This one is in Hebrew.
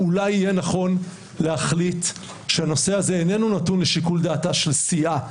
אולי יהיה נכון להחליט שהנושא הזה איננו נתון לשיקול דעתה של סיעה,